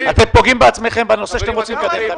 אתם פוגעים בעצמכם בנושא שאתם רוצים לקדם.